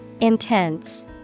Intense